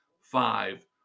Five